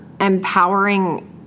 empowering